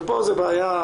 כאן זו בעיה.